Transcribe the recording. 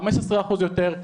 חמישה עשר אחוז יותר.